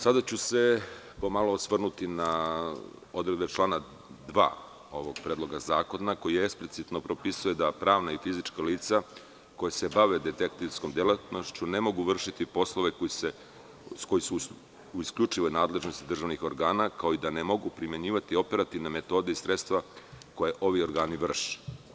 Sada ću se osvrnuti na odredbe člana 2. ovog predloga zakona, koji eksplicitno propisuje da pravna i fizička lica koja se bave detektivskom delatnošću ne mogu vršiti poslove koji su u isključivoj nadležnosti državnih organa, kao i da ne mogu primenjivati operativne metode i sredstva koje ovi organi vrše.